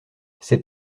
ces